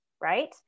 right